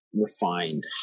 refined